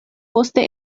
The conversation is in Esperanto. poste